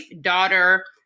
daughter